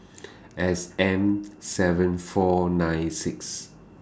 S M seven four nine six